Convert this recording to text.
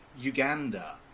Uganda